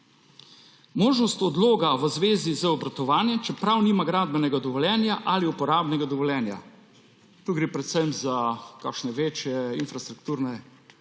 Možnost odloga v zvezi z obratovanjem, čeprav nima gradbenega dovoljenja ali uporabnega dovoljenja. Tu gre predvsem za kakšne večje infrastrukturne